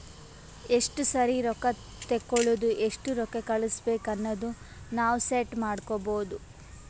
ಎಸ್ಟ ಸರಿ ರೊಕ್ಕಾ ತೇಕೊಳದು ಎಸ್ಟ್ ರೊಕ್ಕಾ ಕಳುಸ್ಬೇಕ್ ಅನದು ನಾವ್ ಸೆಟ್ ಮಾಡ್ಕೊಬೋದು